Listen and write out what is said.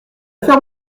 ferme